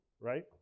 right